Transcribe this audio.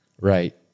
Right